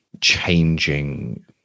changing